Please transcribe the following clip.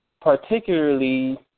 particularly